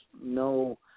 no